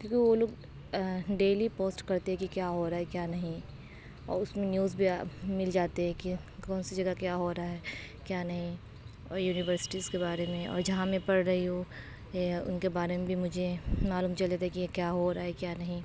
کیونکہ وہ لوگ ڈیلی پوسٹ کرتے ہیں کہ کیا ہو رہا ہے کیا نہیں اور اس میں نیوز بھی مل جاتے ہے کہ کون سی جگہ کیا ہو رہا ہے کیا نہیں اور یونیورسٹیز کے بارے میں اور جہاں میں پڑھ رہی ہوں ان کے بارے میں بھی مجھے معلوم چل جاتا ہے کہ یہ کیا ہو رہا ہے کیا نہیں